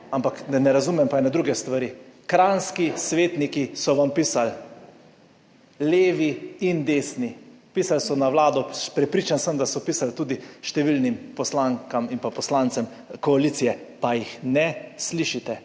ampak ne razumem pa ene druge stvari, kranjski svetniki so vam pisali, levi in desni, pisali so na vlado, prepričan sem, da so pisali tudi številnim poslankam in poslancem koalicije, pa jih ne slišite.